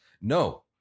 No